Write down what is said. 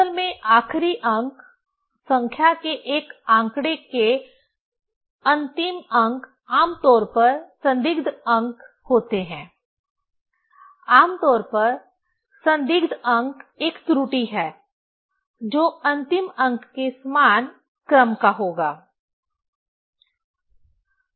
असल में आखिरी अंक संख्या के एक आंकड़े के अंतिम अंक आम तौर पर संदिग्ध अंक होते हैं आम तौर पर संदिग्ध अंक एक त्रुटि है जो अंतिम अंक के समान क्रम का होगा